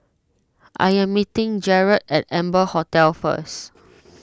I am meeting Jerrad at Amber Hotel first